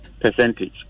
percentage